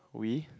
we